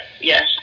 yes